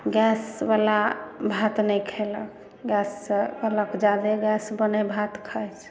gas बला भात नहि खेलक गैस बलाके जादा गैस बनै हइ भात खाय से